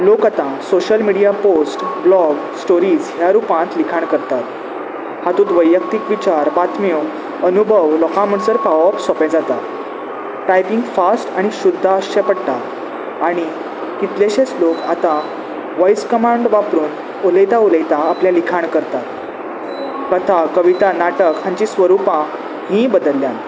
लोक आतां social media post blog stories ह्या रुपांत लिखाण करतात हातूंत वैयक्तीक विचार बातम्यो अनुभव लोकां म्हणसर पावप सोंपें जाता टायपींग फास्ट आनी शुद्ध आसचे पडटा आनी कितलेशेच लोक आतां वॉयस कमांड वापरून उलयता उलयता आपलें लिखाण करतात कथा कविता नाटक हांची स्वरुपां हींय बदल्ल्यात